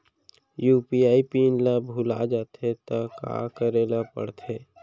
UPI PIN ल भुला जाथे त का करे ल पढ़थे?